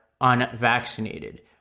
unvaccinated